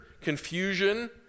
confusion